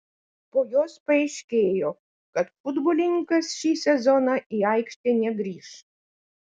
po jos paaiškėjo kad futbolininkas šį sezoną į aikštę negrįš